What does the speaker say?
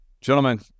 Gentlemen